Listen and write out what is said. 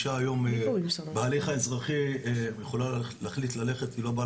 אישה היום יכולה להחליט ללכת להליך האזרחי כי היא לא באה